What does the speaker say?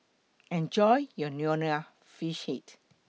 Enjoy your Nonya Fish Head